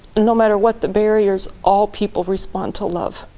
no matter what the barriers, all people respond to love.